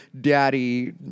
daddy